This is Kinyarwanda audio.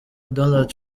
donald